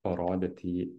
parodyt jį